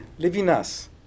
Levinas